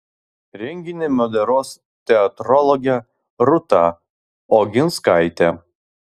renginį moderuos teatrologė rūta oginskaitė